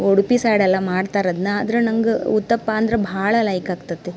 Udupi side ಎಲ್ಲ ಮಾಡ್ತಾರೆ ಅದನ್ನ ಅದ್ರೆ ನಂಗೆ ಉತ್ತಪ್ಪ ಅಂದ್ರೆ ಭಾಳ ಲೈಕ್ ಆಗ್ತದೆ